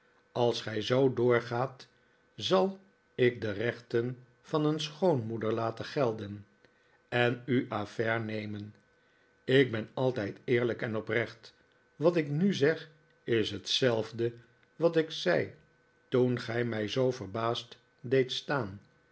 als gij zoo doorgaat zal ik de rechten van een schoonmoeder laten gelden en u a f aire nemen ik ben altijd eerlijk en oprecht wat ik nu zeg is hetzelfde wat ik zei toen gij mij zoo verbaasd deedt staan